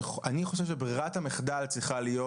אני חושב שברירת המחדל צריכה להיות